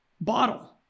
bottle